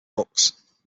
books